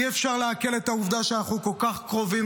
אי-אפשר לעכל את העובדה שאנחנו כל כך קרובים